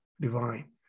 divine